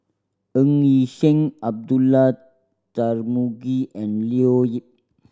Ng Yi Sheng Abdullah Tarmugi and Leo Yip